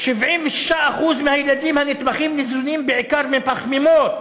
76% מהילדים הנתמכים ניזונים בעיקר מפחמימות,